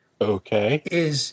Okay